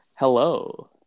Hello